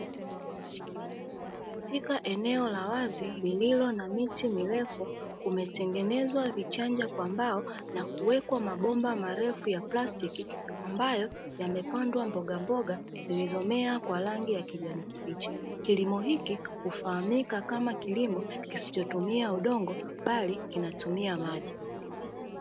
Katika eneo la wazi lililo na miti mirefu, kumetengenezwa vichanja kwa mbao na kuwekwa mabomba marefu ya plastiki, ambayo yamepandwa mbogamboga zilizomea kwa rangi ya kijani kibichi. Kilimo hiki hufahamika kama kilimo kisichotumia udongo bali kinatumia maji.